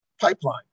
pipeline